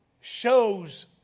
shows